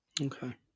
Okay